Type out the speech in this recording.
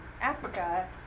Africa